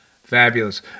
Fabulous